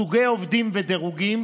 סוגי עובדים ודירוגים,